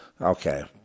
Okay